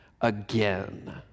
again